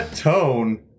Tone